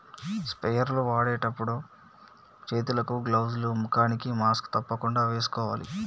sprayer లు వాడేటప్పుడు చేతులకు గ్లౌజ్ లు, ముఖానికి మాస్క్ తప్పకుండా వేసుకోవాలి